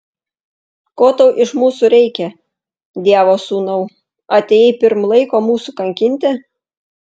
ko tau iš mūsų reikia dievo sūnau atėjai pirm laiko mūsų kankinti